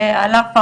על אף האמור,